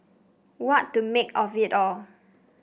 what to make of it all